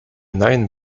nine